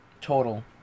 total